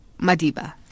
Madiba